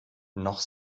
noch